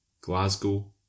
Glasgow